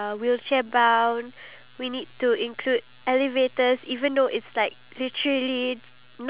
ya and we do all of these we we take all of our efforts and all our financial needs